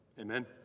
Amen